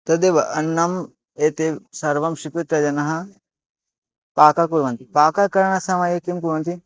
तदेव अन्नम् एते सर्वं स्वीकृत्य जनाः पाकं कुर्वन्ति पाककरणसमये किं कुर्वन्ति